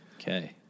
Okay